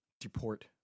deport